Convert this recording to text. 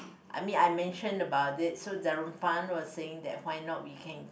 I mean I mention about it so the Rompan was saying that why not we can